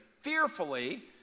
Fearfully